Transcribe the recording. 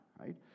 right